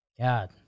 God